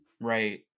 right